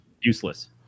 useless